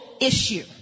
issue